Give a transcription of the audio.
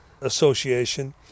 Association